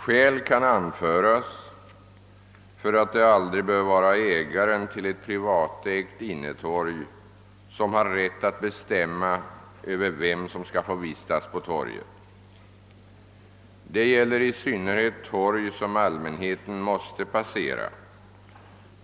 Skäl kan anföras för att det aldrig bör vara ägaren till ett privatägt innetorg som har rätt att bestämma över vem som skall få vistas på torget. Detta gäller i synnerhet torg som allmänheten måste passera